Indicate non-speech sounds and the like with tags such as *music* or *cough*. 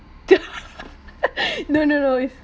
*laughs* no no no it's